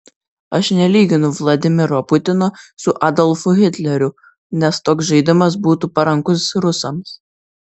aš nelyginu vladimiro putino su adolfu hitleriu nes toks žaidimas būtų parankus rusams